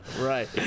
Right